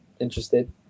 Interested